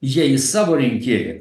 jie į savo rinkėją